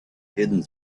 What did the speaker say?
hidden